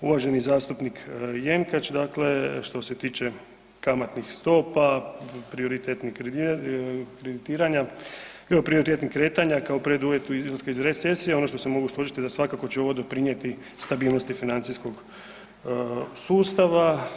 Uvaženi zastupnik Jenkač, dakle, što se tiče kamatnih stopa, prioritetni kreditiranja, prioritetnih kretanja kao preduvjet izlaska iz recesije ono što se mogu složiti da svakako će ovo doprinijeti stabilnosti financijskog sustava.